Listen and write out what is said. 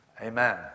Amen